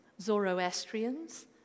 Zoroastrians